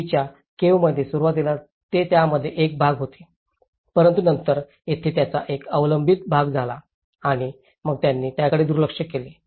पूर्वीच्या केव्ह मध्ये सुरुवातीला ते त्यातील एक भाग होते परंतु नंतर तेथे त्याचा एक अवलंबित भाग झाला आहे आणि मग त्यांनी त्याकडे दुर्लक्ष केले